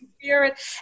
spirit